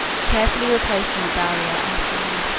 carefully replacing the barrier after him.